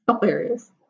hilarious